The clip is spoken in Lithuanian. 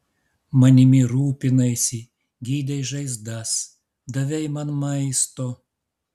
manimi rūpinaisi gydei žaizdas davei man maisto